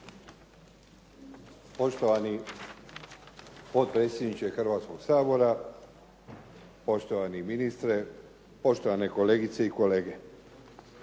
Poštovani potpredsjedniče Hrvatskog sabora, poštovani ministre, poštovane kolegice i kolege.